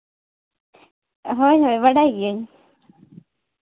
ᱦᱳᱭ ᱦᱳᱭ ᱵᱟᱰᱟᱭ ᱜᱤᱭᱟᱹᱧ